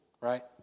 right